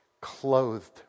Clothed